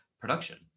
production